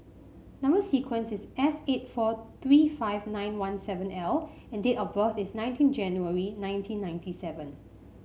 number sequence is S eight four three five nine one seven L and date of birth is nineteen January nineteen ninety seven